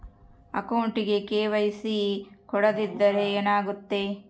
ಅಕೌಂಟಗೆ ಕೆ.ವೈ.ಸಿ ಕೊಡದಿದ್ದರೆ ಏನಾಗುತ್ತೆ?